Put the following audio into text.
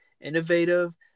Innovative